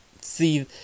see